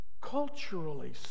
Culturally